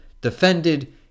defended